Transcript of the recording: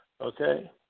okay